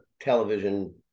television